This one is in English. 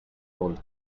old